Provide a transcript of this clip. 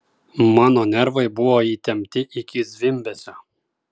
mano nervai buvo įtempti iki zvimbesio